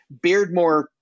Beardmore